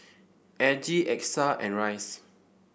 Aggie Exa and Rice